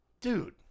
Dude